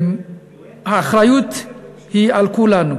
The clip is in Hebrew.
האחריות היא על כולנו,